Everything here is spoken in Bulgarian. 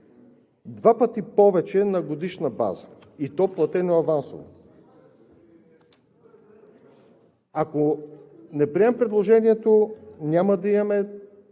два пъти повече на годишна база, и то платена авансово. Ако не приемем предложението, няма да имаме